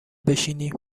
بشینی